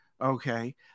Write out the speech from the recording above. Okay